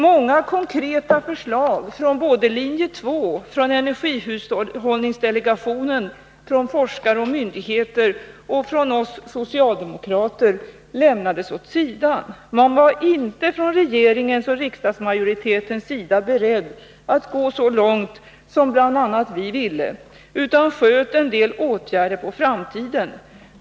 Många konkreta förslag, från linje 2, energihushållningsdelegationen, forskare, myndigheter och oss socialdemokrater, lämnades åt sidan. Regeringen och riksdagsmajoriteten var inte beredda att gå så långt som bl.a. vi ville, utan man sköt en del åtgärder på framtiden.